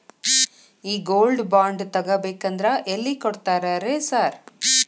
ಈ gold bond ತಗಾಬೇಕಂದ್ರ ಎಲ್ಲಿ ಕೊಡ್ತಾರ ರೇ ಸಾರ್?